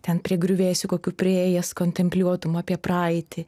ten prie griuvėsių kokių priėjęs kontempliuotum apie praeitį